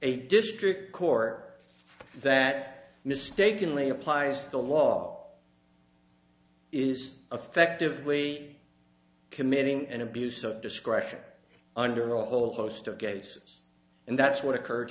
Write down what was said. a district court that mistakenly applies the law is affectively committing an abuse of discretion under a whole host of cases and that's what occurred